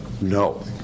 No